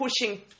pushing